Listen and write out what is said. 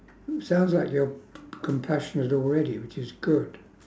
oo sounds like you're compassionate already which is good